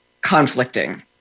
conflicting